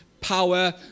power